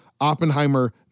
Oppenheimer